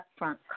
upfront